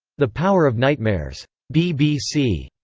the power of nightmares. bbc.